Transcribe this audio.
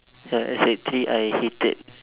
ya sec three I hated